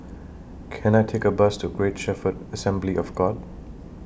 Can I Take A Bus to Great Shepherd Assembly of God